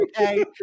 Okay